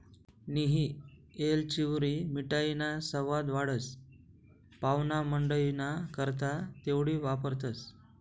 नियी येलचीवरी मिठाईना सवाद वाढस, पाव्हणामंडईना करता तेवढी वापरतंस